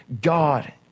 God